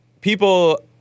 people